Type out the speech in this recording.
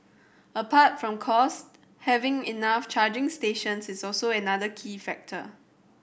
apart from cost having enough charging stations is also another key factor